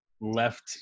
left